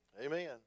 Amen